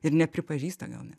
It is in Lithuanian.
ir nepripažįsta gal ne